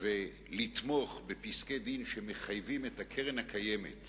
ולתמוך בפסקי-דין שמחייבים את הקרן הקיימת